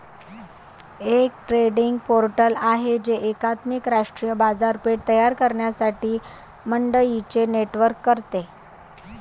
एक trading portal आहे जे एकात्मिक राष्ट्रीय बाजारपेठ तयार करण्यासाठी मंडईंचे नेटवर्क करते